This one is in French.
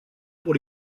pour